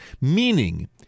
Meaning